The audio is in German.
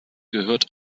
gehört